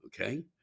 Okay